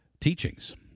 teachings